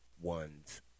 one's